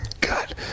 God